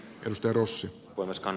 rossi puolestaan